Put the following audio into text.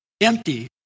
empty